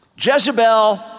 Jezebel